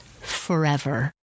forever